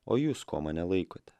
o jūs kuo mane laikote